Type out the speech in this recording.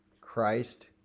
Christ